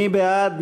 מי בעד?